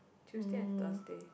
Tuesday and Thursday